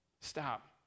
stop